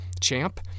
champ